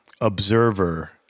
observer